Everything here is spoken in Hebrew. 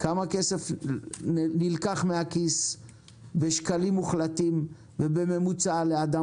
כמה כסף נלקח מהכיס בשקלים מוחלטים ובממוצע לאדם